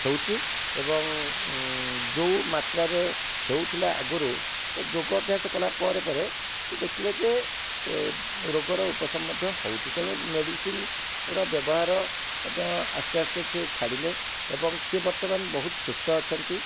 ହେଉଛି ଏବଂ ଯେଉଁ ମାତ୍ରାରେ ହେଉଥିଲା ଆଗରୁ ତ ଯୋଗ ଅଭ୍ୟାସ କଲା ପରେ ପରେ ସେ ଦେଖିଲେ ଯେ ରୋଗର ଉପଶମ ମଧ୍ୟ ହେଉଛି ତେଣୁ ମେଡିସିନ୍ର ବ୍ୟବହାର ମଧ୍ୟ ଆସ୍ତେ ଆସ୍ତେ ସେ ଛାଡ଼ିଲେ ଏବଂ ସେ ବର୍ତ୍ତମାନ ବହୁତ ସୁସ୍ଥ ଅଛନ୍ତି